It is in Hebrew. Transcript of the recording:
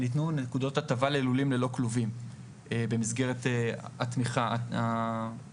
ניתנו נקודות הטבה ללולים ללא כלובים במסגרת התמיכה המכרזים.